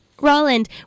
Roland